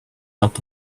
out